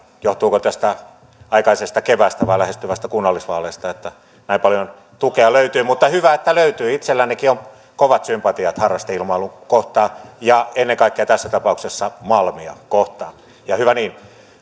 johtuuko tästä aikaisesta keväästä vai lähestyvistä kunnallisvaaleista että näin paljon tukea löytyy mutta hyvä että löytyy itsellänikin on kovat sympatiat harrasteilmailua kohtaan ja ennen kaikkea tässä tapauksessa malmia kohtaan ja hyvä niin